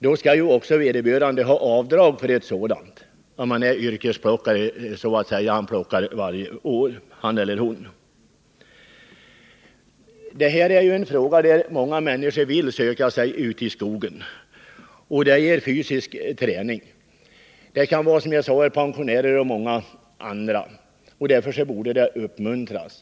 Då skall också vederbörande kunna göra avdrag för underskottet, om det rör sig om en Här är det i stor utsträckning fråga om människor som vill söka sig ut i skogen. Plockningen ger också fysisk träning. Det kan, som sagt, röra sig om bl.a. pensionärer, och därför borde plockningen uppmuntras.